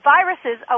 viruses